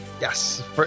Yes